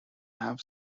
have